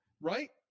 right